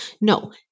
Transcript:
No